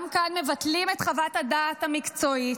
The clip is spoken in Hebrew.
גם כאן מבטלים את חוות הדעת המקצועית,